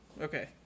Okay